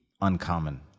uncommon